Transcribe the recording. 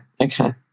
Okay